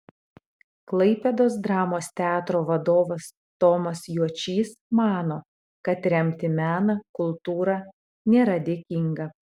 klaipėdos dramos teatro vadovas tomas juočys mano kad remti meną kultūrą nėra dėkinga